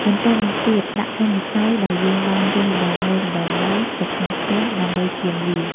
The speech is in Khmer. បន្ទាប់មកទៀត ដាក់ដុំម្សៅដែលយើងបានរុំម្ដងមួយៗ ទៅក្នុងខ្ទះ ដើម្បីចៀនវា។